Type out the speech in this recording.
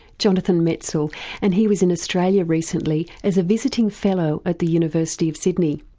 jonathan metzl and he was in australia recently as a visiting fellow at the university of sydney.